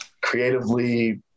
creatively